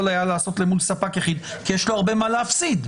היה לעשות למול ספק יחיד כי יש לו הרבה מה להפסיד.